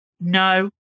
No